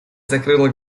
закрыла